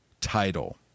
title